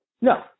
No